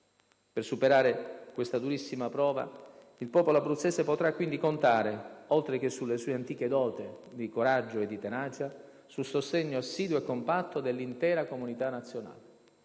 Per superare questa durissima prova, il popolo abruzzese potrà quindi contare, oltre che sulle sue antiche doti di coraggio e di tenacia, sul sostegno assiduo e compatto dell'intera comunità nazionale.